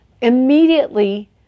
immediately